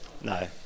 No